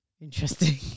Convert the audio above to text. Interesting